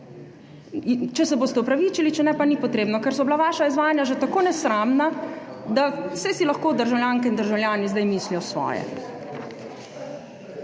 Če se boste opravičili, če ne, pa ni potrebno, ker so bila vaša izvajanja že tako nesramna, da saj si lahko državljanke in državljani zdaj mislijo svoje.